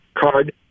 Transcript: Card